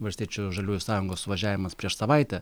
valstiečių žaliųjų sąjungos suvažiavimas prieš savaitę